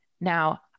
now